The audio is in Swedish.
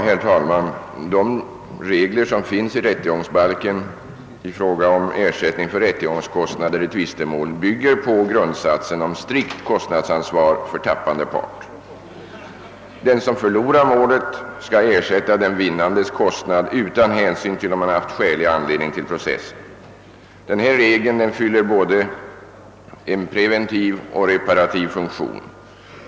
Herr talman! De regler som finns i rättegångsbalken rörande ersättning för rättegångskostnad i tvistemål bygger på grundsatsen om strikt kostnadsansvar för tappande part. Den som förlorar målet skall ersätta den vinnandes kostnad utan hänsyn till om han haft skälig anledning att processa. Denna regel fyller både en preventiv och en reparativ funktion.